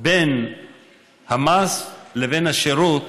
בין המס לבין השירות